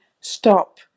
stop